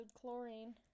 chlorine